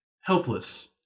helpless